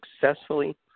successfully